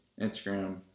Instagram